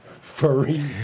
Furry